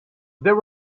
there